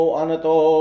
anato